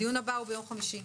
הדיון הבא הוא ביום חמישי,